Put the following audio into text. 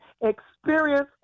experience